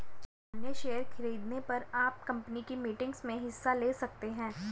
सामन्य शेयर खरीदने पर आप कम्पनी की मीटिंग्स में हिस्सा ले सकते हैं